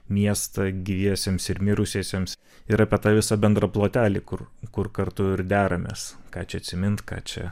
miestą gyviesiems ir mirusiesiems ir apie tą visą bendrą plotelį kur kur kartu ir deramės ką čia atsimint kad čia